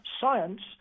science